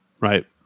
Right